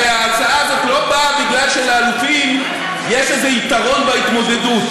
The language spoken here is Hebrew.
הרי ההצעה הזאת לא באה מפני שלאלופים יש איזה יתרון בהתמודדות,